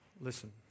Listen